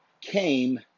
came